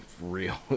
real